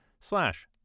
slash